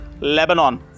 Lebanon